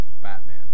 Batman